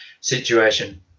situation